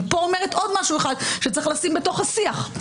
אני אומרת פה עוד משהו אחד שצריך לשים בתוך השיח.